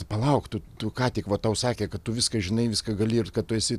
palauk tu tu ką tik va tau sakė kad tu viską žinai viską gali ir kad tu esi